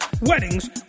weddings